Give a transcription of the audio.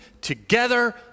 together